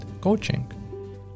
coaching